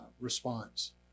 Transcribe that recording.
response